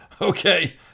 Okay